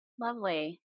Lovely